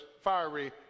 fiery